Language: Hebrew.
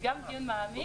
גם דיון מעמיק.